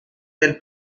del